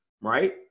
right